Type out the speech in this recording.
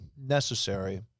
necessary